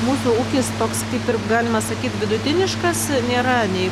mūsų ūkis toks kaip ir galima sakyt vidutiniškas nėra nei